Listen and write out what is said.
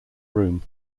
room